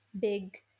big